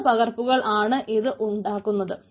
മൂന്നു പകർപ്പുകൾ ആണ് ഇത് ഇങ്ങനെ ഉണ്ടാക്കുന്നത്